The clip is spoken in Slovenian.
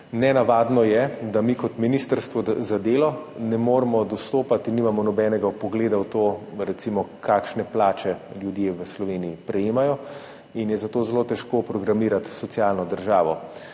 nenavadno je, da mi kot Ministrstvo za delo ne moremo dostopati, nimamo nobenega vpogleda v to, kakšne plače ljudje v Sloveniji prejemajo, in je zato zelo težko programirati socialno državo.